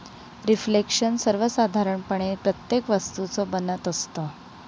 reflection सर्वसाधारणपणे प्रत्येक वस्तूचं बनत असतं